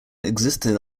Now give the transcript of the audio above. existed